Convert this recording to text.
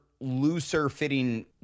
looser-fitting